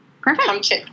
Perfect